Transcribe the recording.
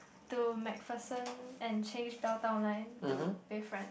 to MacPherson and change Downtown Line to Bayfront